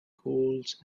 colds